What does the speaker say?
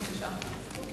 בבקשה.